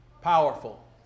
powerful